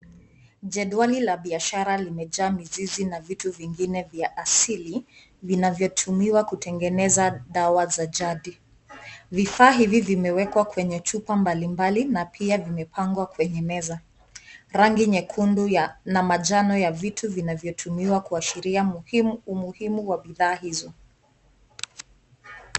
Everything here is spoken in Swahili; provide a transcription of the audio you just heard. Jedwali la biashara zimejaa mizizi na vitu vingine vya asili vinavyotumiwa kutengeneza dawa za jadi, vifaa hivi vimewekwa kwenye chupa mbalimbali na pia vinepangw kwenhe meza rangi nyekundu na majani ya vitu vinavyo Tumiwa kuashiria vitu umuhimu wa bidhaa hizo.